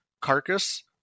carcass